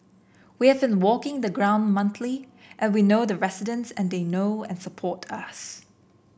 we have walking the ground monthly and we know the residents and they know and support us